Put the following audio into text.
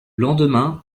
lendemain